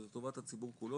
זה לטובת הציבור כולו,